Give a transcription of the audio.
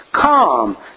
calm